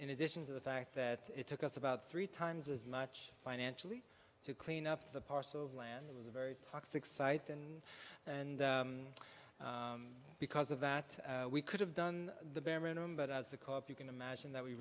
in addition to the fact that it took us about three times as much financially to clean up the parcel of land it was a very toxic site and because of that we could have done the bare minimum but as a co op you can imagine that we